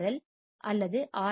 L அல்லது R